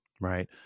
Right